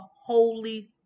Holy